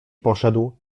poszedł